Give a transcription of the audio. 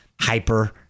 hyper